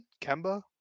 Kemba